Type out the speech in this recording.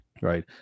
right